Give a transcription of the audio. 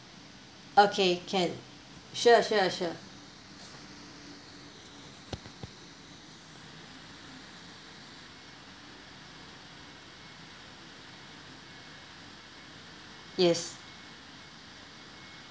okay can sure sure sure yes